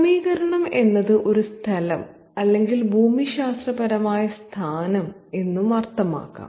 ക്രമീകരണം എന്നത് ഒരു സ്ഥലം അല്ലെങ്കിൽ ഭൂമിശാസ്ത്രപരമായ സ്ഥാനം എന്നും അർത്ഥമാക്കാം